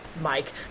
Mike